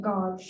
God